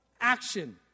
action